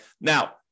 Now